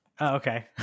okay